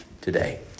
today